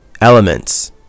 elements